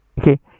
Okay